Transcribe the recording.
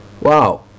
Wow